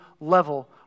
level